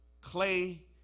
Clay